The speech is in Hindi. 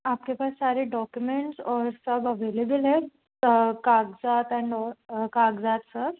आपके पास सारे डॉक्यूमेंट्स और सब अवेलेबल है कागज़ात एंड ऑल कागज़ात सर